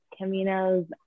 Camino's